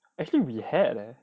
actually we had leh